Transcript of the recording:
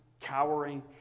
cowering